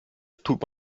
tut